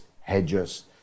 Hedges